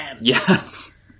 Yes